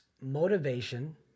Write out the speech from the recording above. motivation